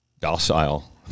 docile